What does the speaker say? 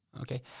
Okay